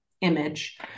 image